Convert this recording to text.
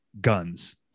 guns